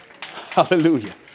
Hallelujah